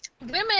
women